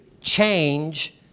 change